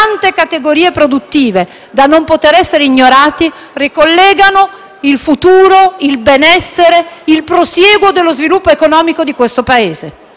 tante categorie produttive da non poter essere ignorate ricollegano il futuro, il benessere e il prosieguo dello sviluppo economico del Paese.